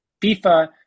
FIFA